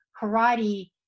karate